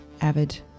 avid